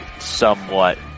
somewhat